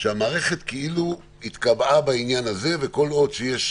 שהמערכת כאילו התקבעה בעניין הזה, וכל עוד שיש